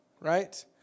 right